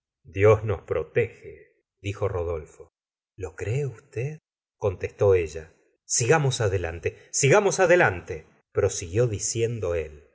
dios nos protege dijo rodolfo lo cree usted contestó ella sigamos adelante sigamos adelante prosiguió diciendo él